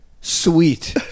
sweet